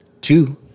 two